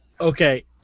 Okay